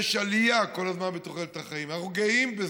יש כל הזמן עלייה בתוחלת החיים, ואנחנו גאים בזה.